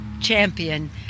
champion